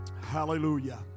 Hallelujah